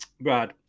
Brad